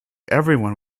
everyone